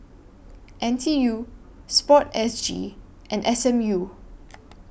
N T U Sport S G and S M U